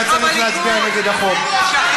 חייבים להצביע נגד החוק,